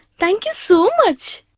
thank you so much.